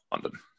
London